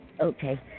Okay